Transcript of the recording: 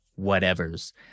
whatevers